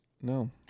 No